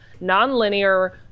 non-linear